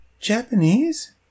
Japanese